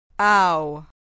Ow